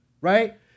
right